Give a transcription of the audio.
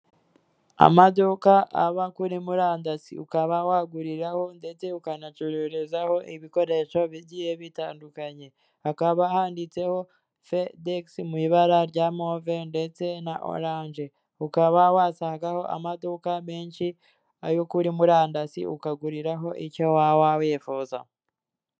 Amaduka aba kuri murandasi, ukaba waguriraho ndetse ukanacuruzaho ibikoresho bigiye bitandukanye, hakaba handitseho fedegisi mu ibara rya move ndetse na oranje ukaba wasangaho amaduka menshi ay'ukuri murandasi ukaguriraho icyo waba wifuza.